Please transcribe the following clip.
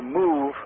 move